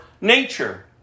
nature